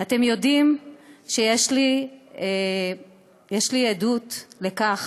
אתם יודעים שיש לי עדות לכך